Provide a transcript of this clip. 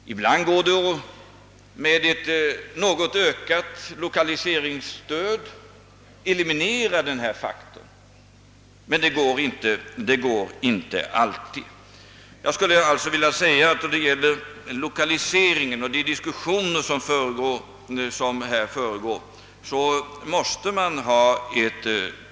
Ibland går det att med ett något ökat lokaliseringsstöd eliminera denna faktor, men det går inte alltid. Jag skulle alltså vilja säga att då det gäller lokaliseringen och de diskussioner som äger rum måste vi ha tålamod.